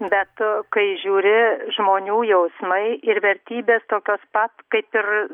bet kai žiūri žmonių jausmai ir vertybės tokios pat kaip ir